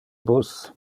bus